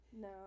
no